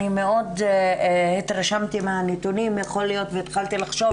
אני מאוד התרשמתי מהנתונים והתחלתי לחשוב